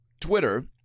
Twitter –